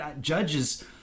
judges